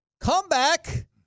Comeback